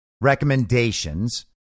recommendations